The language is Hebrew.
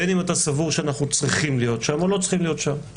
בין אם אתה סבור שאנחנו צריכים להיות שם או לא צריכים להיות שם,